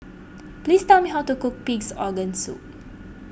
please tell me how to cook Pig's Organ Soup